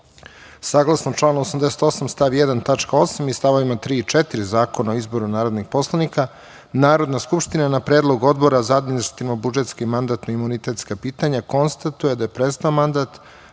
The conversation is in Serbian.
članu 88. stav 1. tačka 8) i stavovima 3. i 4. Zakona o izboru narodnih poslanika, Narodna skupština na predlog Odbora za administrativno-budžetska i mandatno-imunitetska pitanja konstatuje da je prestao mandat